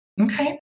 Okay